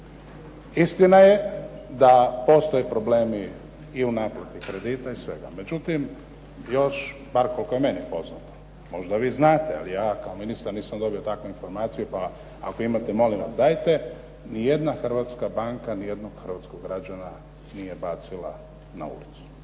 Istina je da postoje problemi i u naplati kredita i svega, međutim još bar, koliko je meni poznato, možda vi znate, ali ja kao ministar nisam dobio takvu informaciju, pa ako imate molim vas dajte, ni jedna hrvatska banka ni jednog hrvatskog građana nije bacila na ulicu.